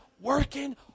working